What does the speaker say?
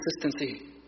consistency